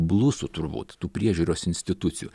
blusų turbūt tų priežiūros institucijų